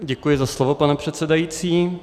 Děkuji za slovo, pane předsedající.